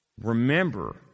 Remember